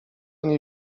nie